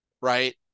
right